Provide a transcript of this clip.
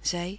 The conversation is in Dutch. zy